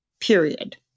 period